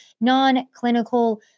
non-clinical